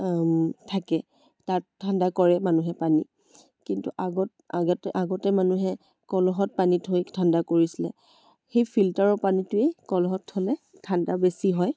থাকে তাত ঠাণ্ডা কৰে মানুহে পানী কিন্তু আগত আগতে আগতেমানুহে কলহত পানী থৈ ঠাণ্ডা কৰিছিলে সেই ফিল্টাৰৰ পানীটোৱেই কলহত থ'লে ঠাণ্ডা বেছি হয়